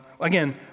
Again